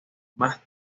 más